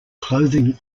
clothing